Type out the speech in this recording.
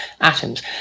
atoms